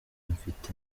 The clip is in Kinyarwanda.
mfite